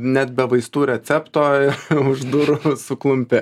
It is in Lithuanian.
net be vaistų recepto ir už durų suklumpi